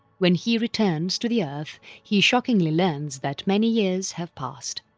when he returns to the earth he shockingly learns that many years have passed.